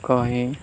କହି